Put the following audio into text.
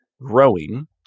growing